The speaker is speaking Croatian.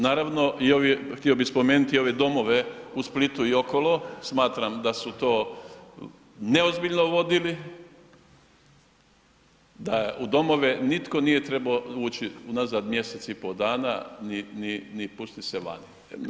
Naravno htio bih spomenuti i ove domove u Splitu i okolo, smatram da su to neozbiljno vodili, da u domove nitko nije trebao ući unazad mjesec i pol dana ni pustit se vani.